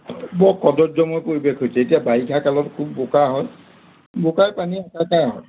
বৰ কদজ্যময় পৰিৱেশ হৈছে এতিয়া বাৰিষা কালত খুব বোকা হয় বোকাই পানীয়ে একাকাৰ হয়